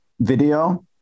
video